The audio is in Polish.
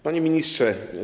Panie Ministrze!